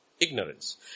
Ignorance